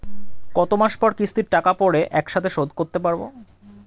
কত মাস পর কিস্তির টাকা পড়ে একসাথে শোধ করতে পারবো?